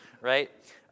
right